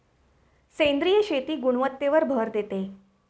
सेंद्रिय शेती गुणवत्तेवर भर देते